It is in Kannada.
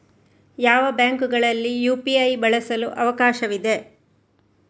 ಯಾವ ಬ್ಯಾಂಕುಗಳಲ್ಲಿ ಯು.ಪಿ.ಐ ಬಳಸಲು ಅವಕಾಶವಿದೆ?